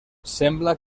sembla